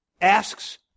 asks